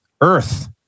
Earth